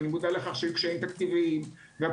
אני מודע לכך שהיו קשים תקציביים ושהקופות